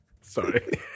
Sorry